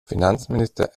finanzminister